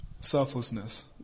Selflessness